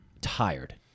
tired